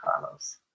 Carlos